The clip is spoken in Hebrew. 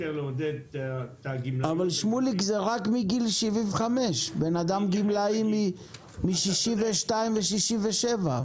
אבל זה רק מגיל 75. אדם הוא גמלאי מ-62 ומ-67.